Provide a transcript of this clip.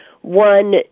one